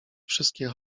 wszystkie